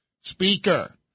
speaker